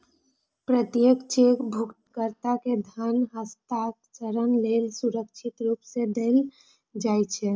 प्रत्येक चेक भुगतानकर्ता कें धन हस्तांतरण लेल सुरक्षित रूप सं देल जाइ छै